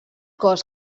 cos